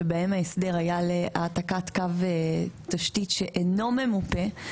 שבהם ההסדר היה להעתקת קו תשתית שאינו ממופה,